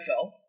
NFL